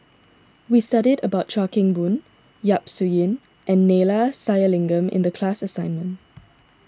we studied about Chuan Keng Boon Yap Su Yin and Neila Sathyalingam in the class assignment